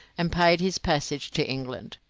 and paid his passage to england.